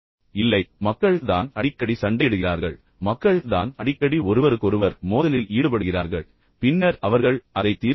இல்லை மஒர ான் அடிக்கடி சண்டையிடுகிறார்கள் மக்கள் தான் அடிக்கடி ஒருவருக்கொருவர் மோதலில் ஈடுபடுகிறார்கள் பின்னர் அவர்கள் அதை தீர்க்கிறார்கள்